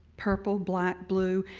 purple, black, blue,